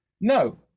No